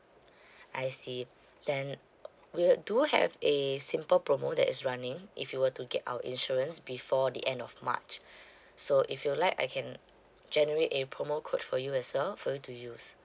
I see then we do have a simple promo that is running if you were to get our insurance before the end of march so if you like I can generate a promo code for you as well for you to use